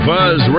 Buzz